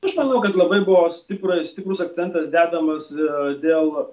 aš manau kad labai buvo stipriai stiprus akcentas dedamas ir dėl